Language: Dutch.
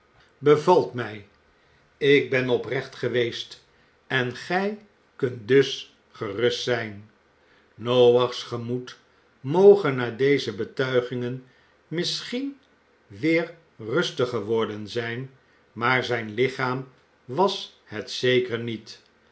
bevalt mij ik ben oprecht geweest en gij kunt dus gerust zijn noach's gemoed moge na deze betuigingen misschien weer rustig geworden zijn maar zijn lichaam was het zeker niet